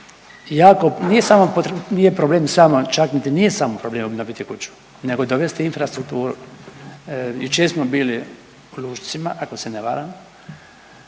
nije problem obnoviti kuću nego dovesti infrastrukturu. Jučer smo bili u Lušcima ako se ne varam,